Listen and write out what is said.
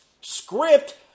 script